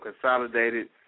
Consolidated